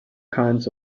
kinds